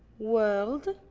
world